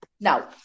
Now